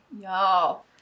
y'all